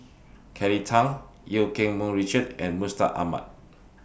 Kelly Tang EU Keng Mun Richard and Mustaq Ahmad